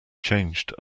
changed